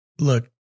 Look